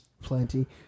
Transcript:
plenty